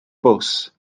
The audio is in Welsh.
bws